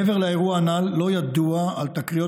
מעבר לאירוע הנ"ל לא ידוע על תקריות